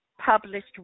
published